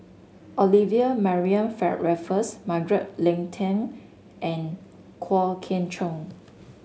Olivia Mariamne Raffles Margaret Leng Tan and Kwok Kian Chow